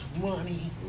money